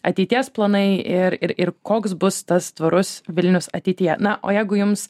ateities planai ir ir ir koks bus tas tvarus vilnius ateityje na o jeigu jums